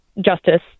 justice